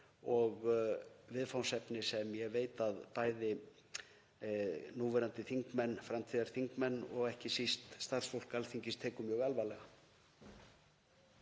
og viðfangsefni sem ég veit að bæði núverandi þingmenn, framtíðarþingmenn og ekki síst starfsfólk Alþingis tekur mjög alvarlega.